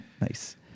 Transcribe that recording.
Nice